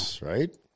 right